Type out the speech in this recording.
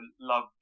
love